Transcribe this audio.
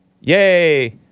Yay